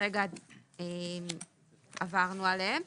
שהרגע עברנו עליהן?